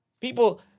People